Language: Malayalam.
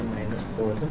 89445 0